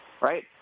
Right